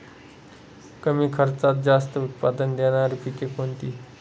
कमी खर्चात जास्त उत्पाद देणारी पिके कोणती?